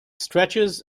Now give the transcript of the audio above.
stretches